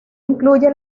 incluye